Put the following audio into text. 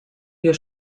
wir